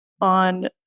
on